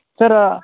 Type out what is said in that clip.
sir